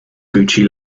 gucci